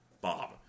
Bob